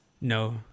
No